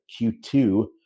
Q2